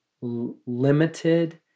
limited